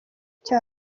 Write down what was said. cyacu